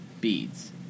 Beads